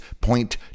point